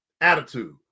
attitude